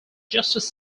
justice